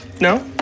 No